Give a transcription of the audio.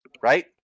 Right